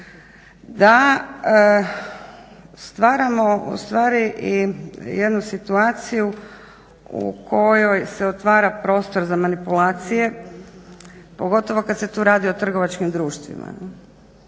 da stvaramo ustvari i jednu situaciju u kojoj se otvara prostor za manipulacije, pogotovo kad se tu radi o trgovačkim društvima.